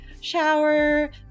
shower